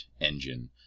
engine